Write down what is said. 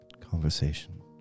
conversation